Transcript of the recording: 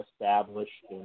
established